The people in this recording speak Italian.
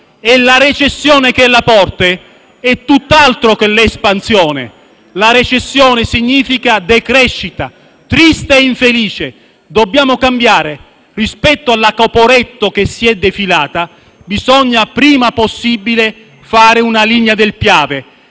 e la recessione che è alle porte è tutt'altro che espansione, significa decrescita triste e infelice. Dobbiamo cambiare: rispetto alla Caporetto che si è profilata, bisogna il prima possibile fare una linea del Piave.